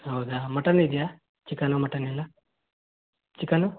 ಹೌದಾ ಮಟನ್ ಇದೆಯಾ chicken mutton ಎಲ್ಲ ಚಿಕನು